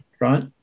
right